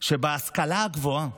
שבהשכלה הגבוהה,